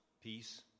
peace